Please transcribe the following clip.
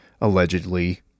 allegedly